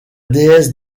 déesse